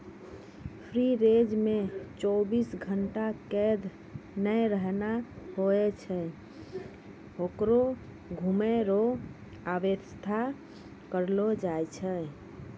free range मे चौबीस घंटा कैद नै रहना हुवै छै होकरो घुमै रो वेवस्था करलो जाय छै